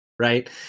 right